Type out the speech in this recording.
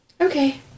Okay